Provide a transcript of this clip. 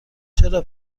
چرا